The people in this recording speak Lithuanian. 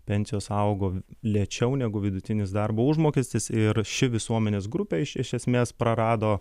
pensijos augo lėčiau negu vidutinis darbo užmokestis ir ši visuomenės grupė iš iš esmės prarado